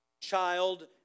child